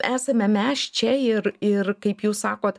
esame mes čia ir ir kaip jūs sakot